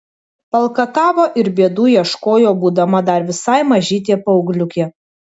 valkatavo ir bėdų ieškojo būdama dar visai mažytė paaugliukė